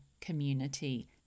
community